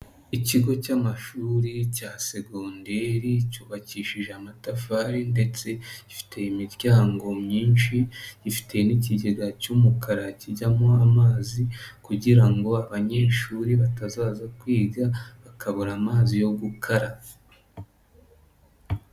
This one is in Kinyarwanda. Ikigo cy'amashuri cya segoderi cyubakishije amatafari ndetse gifite imiryango myinshi, gifite n'ikigega cy'umukara kijyamo amazi kugira ngo abanyeshuri batazaza kwiga bakabura amazi yo gukara.